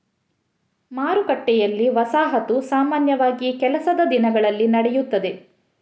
ಮಾರುಕಟ್ಟೆಯಲ್ಲಿ, ವಸಾಹತು ಸಾಮಾನ್ಯವಾಗಿ ಕೆಲಸದ ದಿನಗಳಲ್ಲಿ ನಡೆಯುತ್ತದೆ